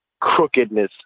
crookedness